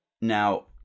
Now